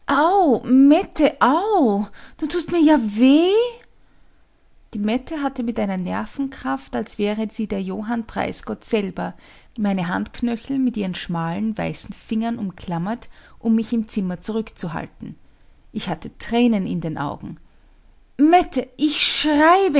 mette au du tust mir ja weh die mette hatte mit einer nervenkraft als wäre sie der johann preisgott selber meine handknöchel mit ihren schmalen weißen fingern umklammert um mich im zimmer zurückzuhalten ich hatte tränen in den augen mette ich schrei